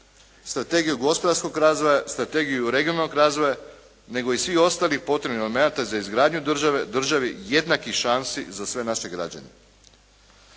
strategiju gospodarskog razvoja, strategiju regionalnog razvoja, nego i svih ostalih potrebnih elemenata za izgradnju države, državi jednakih šansi za sve naše građane.